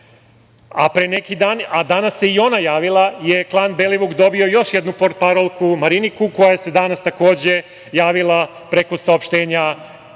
danas se i ona javila, jer je klan Belivuka dobio još jednu portparolku Mariniku, koja se danas takođe javila preko saopštenja,